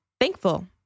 thankful